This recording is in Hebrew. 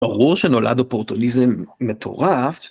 ברור שנולד אופורטיוניזם מטורף.